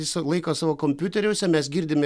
visą laiką savo kompiuteriuose mes girdime